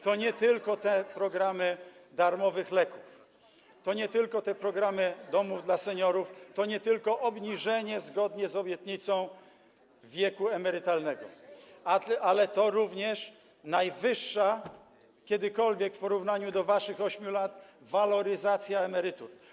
To nie tylko programy darmowych leków, to nie tylko programy domów dla seniorów, to nie tylko obniżenie, zgodnie z obietnicą, wieku emerytalnego, ale to również najwyższa, w porównaniu do waszych 8 lat, waloryzacja emerytur.